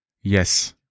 Yes